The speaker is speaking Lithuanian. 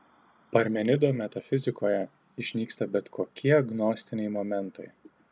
parmenido metafizikoje išnyksta bet kokie gnostiniai momentai